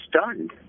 stunned